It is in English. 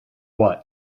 what